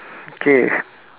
okay